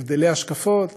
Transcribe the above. הבדלי השקפות.